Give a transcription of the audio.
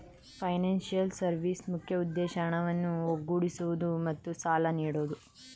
financial ಸರ್ವಿಸ್ನ ಮುಖ್ಯ ಉದ್ದೇಶ ಹಣವನ್ನು ಒಗ್ಗೂಡಿಸುವುದು ಮತ್ತು ಸಾಲ ನೀಡೋದು